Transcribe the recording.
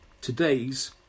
today's